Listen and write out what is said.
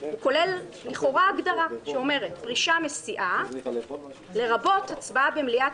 כולל לכאורה הגדרה שאומרת: ""פרישה מסיעה" - לרבות הצבעה במליאת